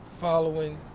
following